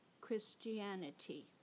Christianity